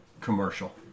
commercial